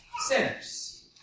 sinners